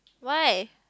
why